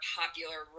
popular